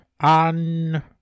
on